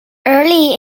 early